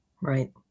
Right